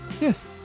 Yes